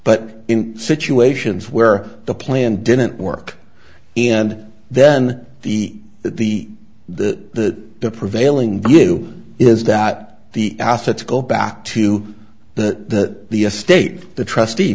but in situations where the plan didn't work and then the that the the the prevailing view is that the assets go back to that the estate the trustee